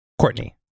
Courtney